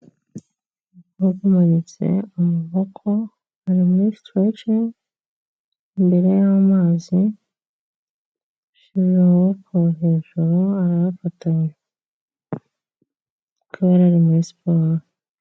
Umukobwa umanitse amaboko ari muri sitoroce, imbere y'amazi yashyize amaboko hejuru arayafatanyije akaba yari ari muri siporo.